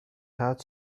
heart